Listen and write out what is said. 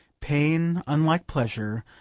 pain, unlike pleasure,